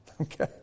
Okay